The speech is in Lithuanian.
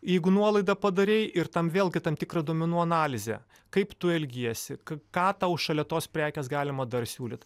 jeigu nuolaidą padarei ir tam vėlgi tam tikrą duomenų analizę kaip tu elgiesi ką tau šalia tos prekės galima dar siūlyt